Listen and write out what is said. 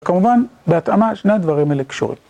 כמובן בהתאמה שני הדברים האלה קשורים.